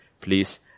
please